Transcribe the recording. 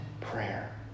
prayer